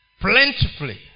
plentifully